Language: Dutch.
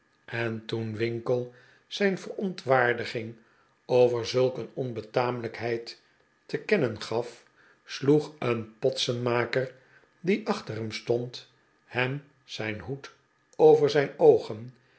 en toen winkle zijn verontwaardiging over zulk een onbetamelijkheid te kennen gaf sloeg een potsenmaker die achter hem stond hem zijn hoed over zijn oogen